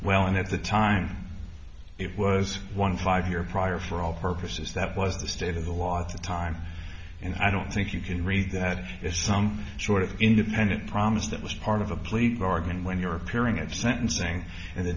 well and at the time it was one five year prior for all purposes that was the state of the law of the time and i don't think you can read that as some sort of independent promise that was part of a plea bargain when you're appearing at sentencing and the